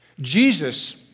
Jesus